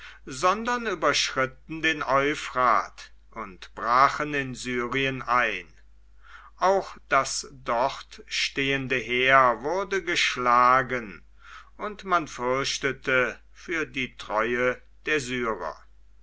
sondern überschritten den euphrat und brachen in syrien ein auch das dort stehende heer wurde geschlagen und man fürchtete für die treue der syrer